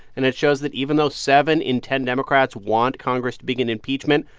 and it shows that even though seven in ten democrats want congress to begin impeachment,